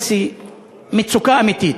17:00, 17:30, מצוקה אמיתית.